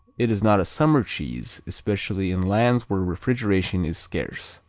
it is not a summer cheese, especially in lands where refrigeration is scarce.